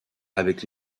avec